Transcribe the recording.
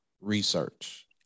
research